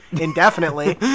indefinitely